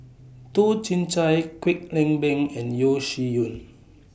Toh Chin Chye Kwek Leng Beng and Yeo Shih Yun